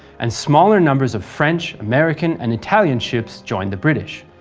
and smaller numbers of french, american and italian ships joined the british.